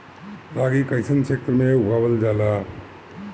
रागी कइसन क्षेत्र में उगावल जला?